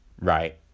right